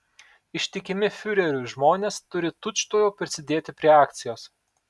ištikimi fiureriui žmonės turi tučtuojau prisidėti prie akcijos